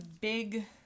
big